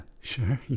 sure